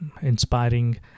inspiring